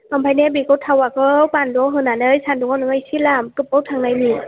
ओमफ्राय नों बेखौ थावाखौ बानलुआव होनानै सानदुङाव नोङो एसे लाम गोबाव थांनायनि